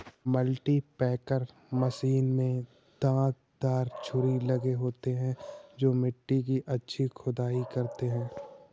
cultipacker machine में दांत दार छुरी लगे होते हैं जो मिट्टी की अच्छी खुदाई करते हैं